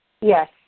Yes